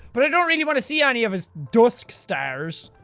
but i don't really want to see ah any of his dusk stars.